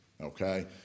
Okay